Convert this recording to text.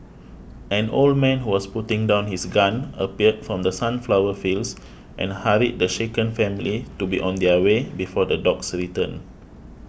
an old man who was putting down his gun appeared from the sunflower fields and hurried the shaken family to be on their way before the dogs return